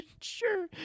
Sure